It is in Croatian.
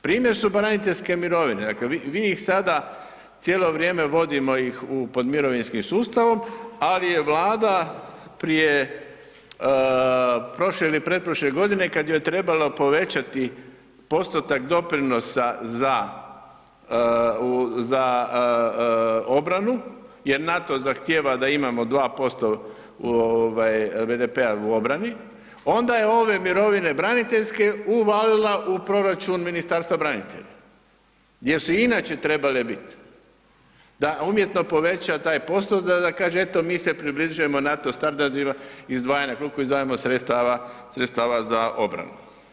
Primjer su braniteljske mirovine, dakle vi ih sada cijelo vrijeme vodimo ih pod mirovinski sustavom, ali je Vlada prije prošle ili pretprošle godine kada je trebala povećati postotak doprinosa za obranu jer NATO zahtjeva da imamo 2% BDP-a u obrani, onda je ove mirovine braniteljske uvalila u proračun Ministarstva branitelja gdje su i inače trebale biti, da umjetno poveća taj postotak da kaže eto mi se približavamo NATO standardima izdvajanja, koliko izdvajamo sredstava za obranu.